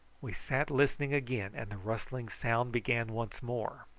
we sat listening again, and the rustling sound began once more.